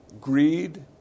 Greed